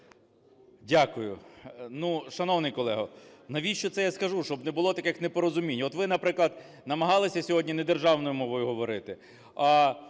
Дякую. Ну, шановний колего, навіщо це я скажу, щоб не було таких непорозумінь. От ви, наприклад, намагалися сьогодні недержавною мовою говорити,